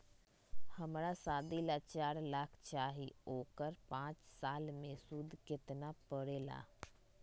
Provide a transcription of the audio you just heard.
हमरा शादी ला चार लाख चाहि उकर पाँच साल मे सूद कितना परेला?